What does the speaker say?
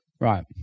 Right